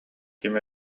ким